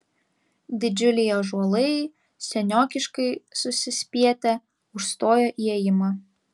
didžiuliai ąžuolai seniokiškai susispietę užstojo įėjimą